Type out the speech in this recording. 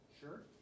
Sure